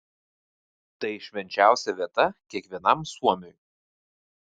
tai švenčiausia vieta kiekvienam suomiui